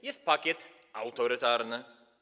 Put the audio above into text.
Jest pakiet autorytarny.